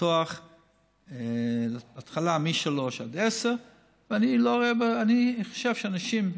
לפתוח בהתחלה מ-15:00 עד 22:00. אני חושב שאנשים,